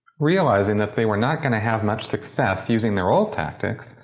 realizing that they were not going to have much success using their old tactics,